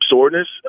Soreness